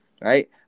right